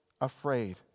afraid